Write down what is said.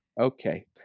Okay